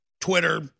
Twitter